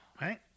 Right